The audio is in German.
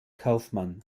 kaufmann